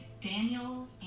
daniel